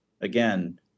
again